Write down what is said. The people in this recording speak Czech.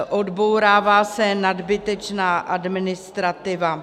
Odbourává se nadbytečná administrativa.